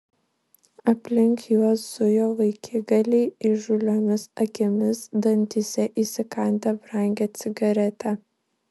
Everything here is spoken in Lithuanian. aplink juos zujo vaikigaliai įžūliomis akimis dantyse įsikandę brangią cigaretę